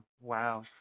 Wow